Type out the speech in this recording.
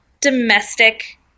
domestic